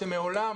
שמעולם,